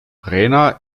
rena